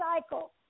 cycle